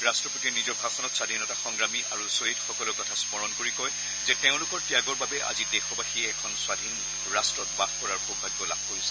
ৰাট্টপতিয়ে নিজৰ ভাষণত স্বাধীনতা সংগ্ৰামী আৰু ছহিদসকলৰ কথা স্মৰণ কৰি কয় যে তেওঁলোকৰ ত্যাগৰ বাবে আজি দেশবাসী এখন স্বাধীন ৰট্টত বাস কৰাৰ সৌভাগ্য লাভ কৰিছে